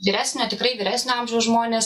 vyresnio tikrai vyresnio amžiaus žmonės